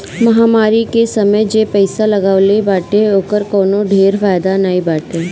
महामारी के समय जे पईसा लगवले बाटे ओकर कवनो ढेर फायदा नाइ बाटे